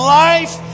life